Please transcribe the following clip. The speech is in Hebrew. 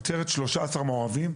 עוצרת 13 מעורבים,